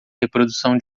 reprodução